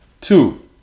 Two